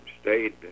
stayed